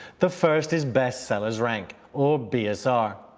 the first is best sellers rank, or bsr.